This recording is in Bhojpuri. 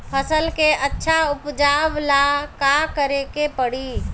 फसल के अच्छा उपजाव ला का करे के परी?